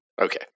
Okay